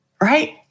Right